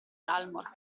dalmor